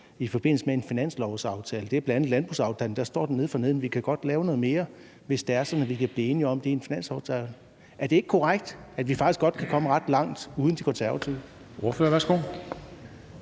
i forbindelse med en finanslovsaftale. Det er bl.a. landbrugsaftalen. Der står der nede forneden: Vi kan godt lave noget mere, hvis det er sådan, vi kan blive enige om det i en finanslovsaftale. Er det ikke korrekt, at vi faktisk kan komme ret langt uden De Konservative?